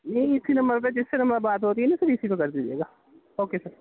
نہیں اِسی نمبر پہ جس نمبر پہ بات ہو رہی ہے نا سر اِسی پہ کر دیجیے گا اوکے سر